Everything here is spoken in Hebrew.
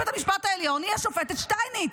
בית המשפט העליון היא השופטת שטייניץ.